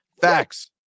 Facts